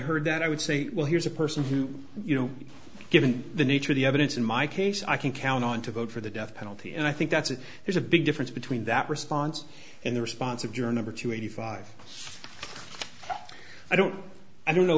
heard that i would say well here's a person who you know given the nature of the evidence in my case i can count on to vote for the death penalty and i think that's a there's a big difference between that response and the response of journal to eighty five i don't know i don't know